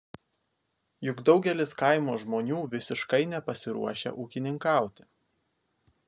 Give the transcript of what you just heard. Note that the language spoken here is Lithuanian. juk daugelis kaimo žmonių visiškai nepasiruošę ūkininkauti